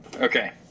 Okay